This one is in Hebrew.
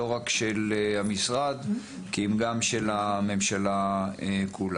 לא רק של המשרד כי אם גם של הממשלה כולה.